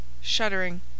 shuddering